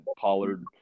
Pollard